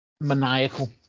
Maniacal